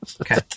Okay